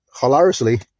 hilariously